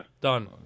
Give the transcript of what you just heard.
Done